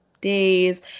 days